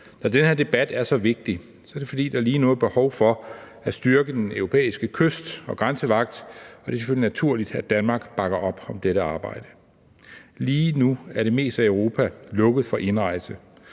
Når den her debat er så vigtig, er det, fordi der lige nu er behov for at styrke den europæiske kyst- og grænsevagt, og det er selvfølgelig naturligt, at Danmark bakker op om dette arbejde. Lige nu er det meste af Europa lukket for indrejse,